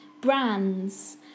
Brands